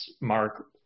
Mark